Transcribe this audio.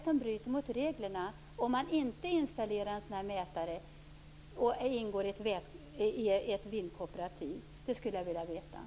Jag skulle vilja veta vilken regel man bryter mot, om man ingår i ett vindkooperativ och inte installerar en sådan här mätare.